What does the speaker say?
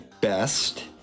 best